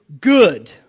good